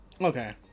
Okay